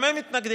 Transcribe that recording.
גם הם מתנגדים,